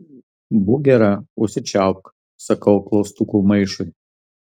būk gera užsičiaupk sakau klaustukų maišui